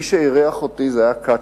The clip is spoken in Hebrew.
מי שאירח אותי היה קצ'ה.